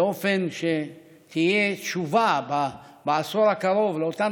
באופן שתהיה תשובה בעשור הקרוב לאותם